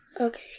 Okay